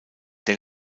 der